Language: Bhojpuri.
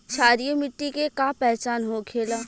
क्षारीय मिट्टी के का पहचान होखेला?